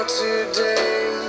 today